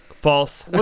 False